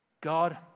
God